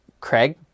Craig